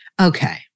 Okay